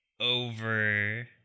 over